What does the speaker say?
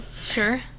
Sure